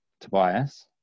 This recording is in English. Tobias